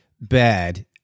bad